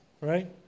right